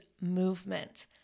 movement